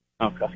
Okay